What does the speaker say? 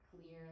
clear